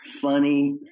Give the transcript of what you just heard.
funny